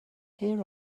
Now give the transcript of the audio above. here